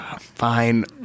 Fine